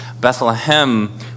Bethlehem